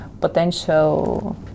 potential